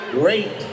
great